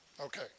Okay